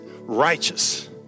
righteous